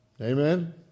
Amen